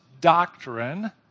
doctrine